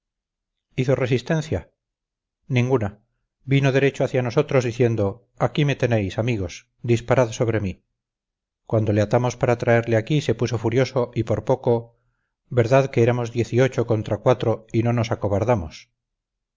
hizo resistencia ninguna vino derecho hacia nosotros diciendo aquí me tenéis amigos disparad sobre mí cuando le atamos para traerle aquí se puso furioso y por poco verdad que éramos diez y ocho contra cuatro y no nos acobardamos